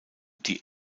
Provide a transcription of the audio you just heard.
die